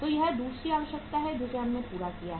तो यह दूसरी आवश्यकता है जिसे हमने पूरा किया है